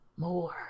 More